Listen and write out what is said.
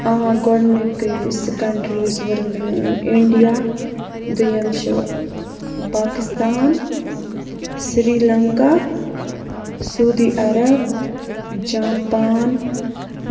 آ گۄڈنِکی سُہ کَنٹری یُس ورلڈَن اِنڈیا دوٚیِم چھُ Pakistan Sri Lanka Saudi Arab Japan